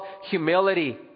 humility